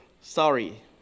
Sorry